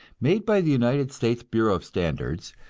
made by the united states bureau of standards,